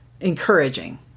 encouraging